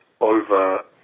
over